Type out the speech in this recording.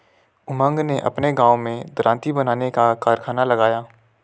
उमंग ने अपने गांव में दरांती बनाने का कारखाना लगाया